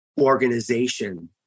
Organization